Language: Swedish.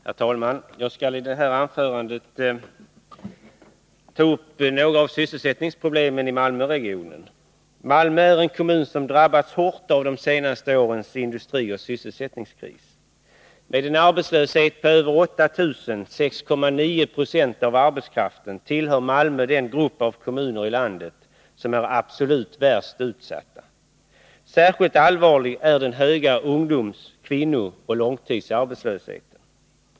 Herr talman! Jag skall i det här anförandet ta upp några av sysselsättningsproblemen i Malmöregionen. Malmö är en kommun som drabbats hårt av de senaste årens industrioch sysselsättningskris. Med en arbetslöshet på över 8 000 —6,9 96 av arbetskraften — tillhör Malmö den grupp av kommuner i landet som är absolut värst utsatt. Särskilt allvarlig är den höga ungdoms-, kvinnooch långtidsarbetslösheten.